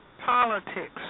politics